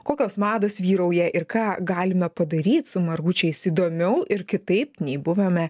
kokios mados vyrauja ir ką galime padaryt su margučiais įdomiau ir kitaip nei buvome